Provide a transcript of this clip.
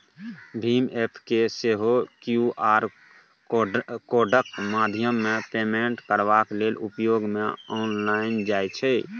भीम app केँ सेहो Q R कोडक माध्यमेँ पेमेन्ट करबा लेल उपयोग मे आनल जाइ छै